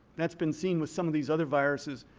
that's been seen with some of these other viruses.